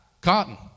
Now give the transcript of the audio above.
Cotton